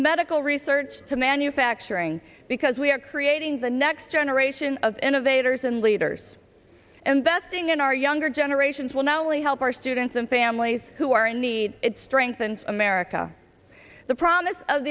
medical research to manufacturing because we are creating the next generation of innovators and leaders and vesting in our younger generations will not only help our students and families who are in need it strengthens america the promise of